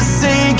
say